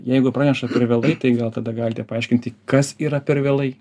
jeigu praneša per vėlai tai gal tada galite paaiškinti kas yra per vėlai